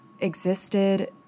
existed